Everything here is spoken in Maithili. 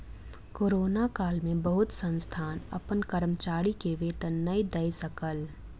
कोरोना काल में बहुत संस्थान अपन कर्मचारी के वेतन नै दय सकल